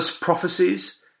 prophecies